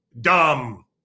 dumb